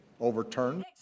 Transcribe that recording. overturned